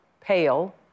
pale